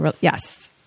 Yes